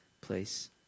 place